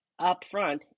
upfront